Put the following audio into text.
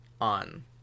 on